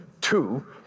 two